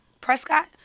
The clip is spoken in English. Prescott